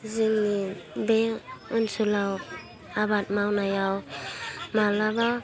जोंनि बे ओनसोलाव आबाद मावनायाव मालाबा